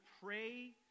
pray